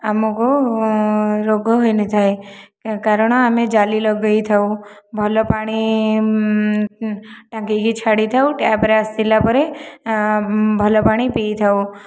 ଆମକୁ ରୋଗ ହୋଇ ନଥାଏ କାରଣ ଆମେ ଜାଲି ଲଗାଇ ଥାଉ ଭଲ ପାଣି ଟାଙ୍କିକି ଛାଡ଼ିଥାଉ ଟ୍ୟାପ ରେ ଆସିଲା ପରେ ଭଲ ପାଣି ପିଇଥାଉ